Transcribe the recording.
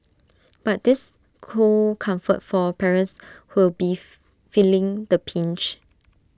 but this cold comfort for parents who'll beef feeling the pinch